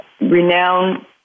renowned